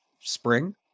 spring